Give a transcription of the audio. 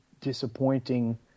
disappointing